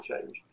change